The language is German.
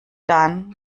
dann